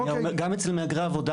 גם אצל מהגרי עבודה,